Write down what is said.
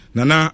Nana